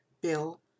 Bill